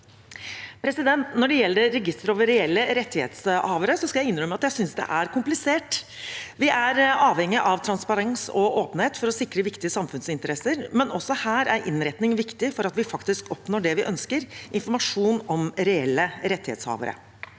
Når det gjelder registeret over reelle rettighetshavere, skal jeg innrømme at jeg synes det er komplisert. Vi er avhengig av transparens og åpenhet for å sikre viktige samfunnsinteresser, men også her er innretning viktig for at vi faktisk oppnår det vi ønsker – informasjon om reelle rettighetshavere.